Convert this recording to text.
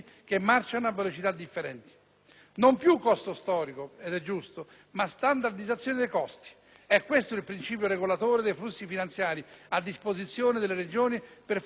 Non più costo storico - ed è giusto - ma standardizzazione dei costi; è questo il principio regolatore dei flussi finanziari a disposizione delle Regioni per far fronte alle spese della sanità nazionale.